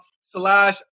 slash